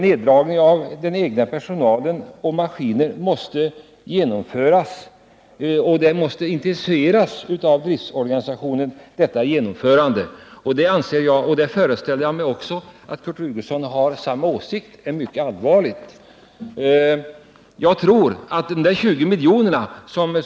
Om man gör denna prutning måste en nedskärning av personalen och en minskning av maskinparken genomföras.